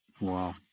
Wow